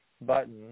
button